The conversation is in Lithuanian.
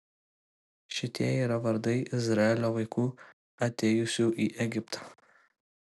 šitie yra vardai izraelio vaikų atėjusių į egiptą